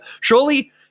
Surely